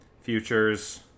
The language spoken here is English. Futures